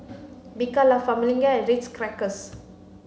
Bika La Famiglia and Ritz Crackers